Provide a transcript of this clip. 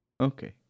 Okay